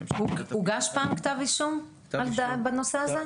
הוגש פעם כתב אישום בנושא הזה?